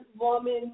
woman